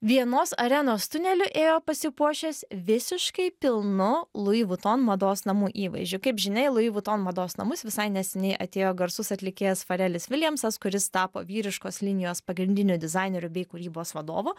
vienos arenos tuneliu ėjo pasipuošęs visiškai pilnu louis vuitton mados namų įvaizdžiu kaip žinia į louis vuitton mados namus visai neseniai atėjo garsus atlikėjas farelis viljamsas kuris tapo vyriškos linijos pagrindiniu dizaineriu bei kūrybos vadovu